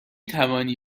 توانی